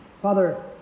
Father